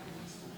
השם.